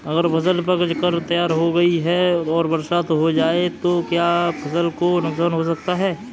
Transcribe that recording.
अगर फसल पक कर तैयार हो गई है और बरसात हो जाए तो क्या फसल को नुकसान हो सकता है?